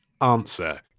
answer